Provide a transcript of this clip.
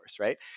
Right